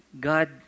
God